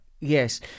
yes